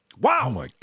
Wow